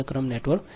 12 p